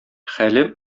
хәле